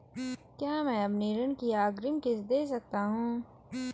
क्या मैं अपनी ऋण की अग्रिम किश्त दें सकता हूँ?